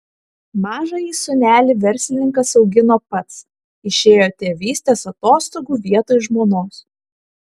mažąjį sūnelį verslininkas augino pats išėjo tėvystės atostogų vietoj žmonos